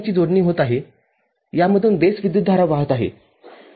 ८४ milliampere बनविते बरोबर आणि त्यावेळी प्रत्येक गेटसाठी भार विद्युतधारा काय असेल